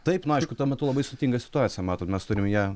taip na aišku tuo metu labai sudėtingą situaciją matom mes turim ją